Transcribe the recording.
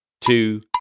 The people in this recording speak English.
two